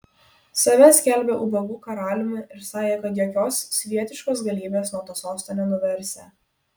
save skelbė ubagų karaliumi ir sakė kad jokios svietiškos galybės nuo to sosto nenuversią